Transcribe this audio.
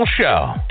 show